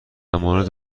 مورد